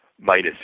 minus